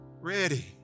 ready